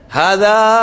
hada